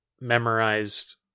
memorized